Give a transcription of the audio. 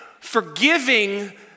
forgiving